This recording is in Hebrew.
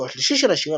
בחלקו השלישי של השיר,